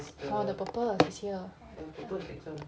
oh the purpose it's here